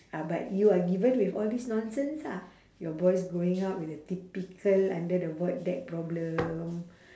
ah but you are given with all this nonsense ah your boys growing up with a typical under the void deck problem